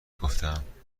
گفتم